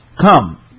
Come